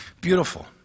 Beautiful